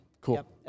Cool